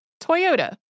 Toyota